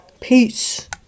peace